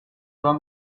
van